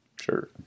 Sure